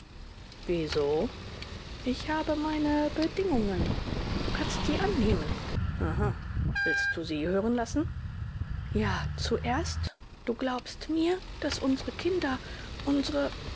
wieso ich habe meine bedingungen du kannst sie annehmen aha willst du sie hören lassen ja zuerst du glaubst mir daß unsere kinder unsere